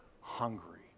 hungry